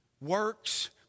works